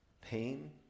pain